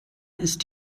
ist